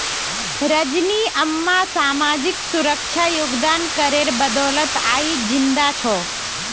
रजनी अम्मा सामाजिक सुरक्षा योगदान करेर बदौलत आइज जिंदा छ